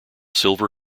silver